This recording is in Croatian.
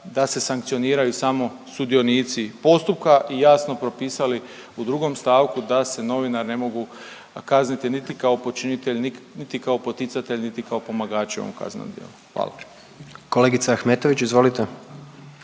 da se sankcioniraju samo sudionici postupka i jasno propisali u drugom stavku da se novinari ne mogu kazniti niti kao počinitelj, niti kao poticatelj, niti kao pomagači u ovom kaznenom djelu. Hvala. **Jandroković, Gordan